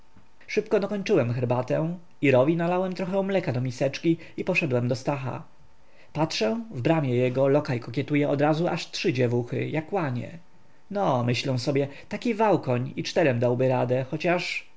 szybko dokończyłem herbatę irowi nalałem trochę mleka do miseczki i poszedłem do stacha patrzę w bramie jego lokaj kokietuje odrazu aż trzy dziewuchy jak łanie no myślę taki wałkoń i czterem dałby radę chociaż